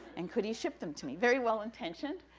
and could he ship them to me. very well-intentioned.